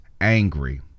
angry